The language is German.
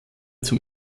zum